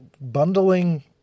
bundling